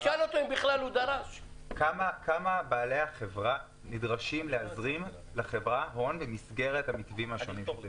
כמה בעלי החברה נדרשים להזרים לחברה במסגרת המתווים השונים?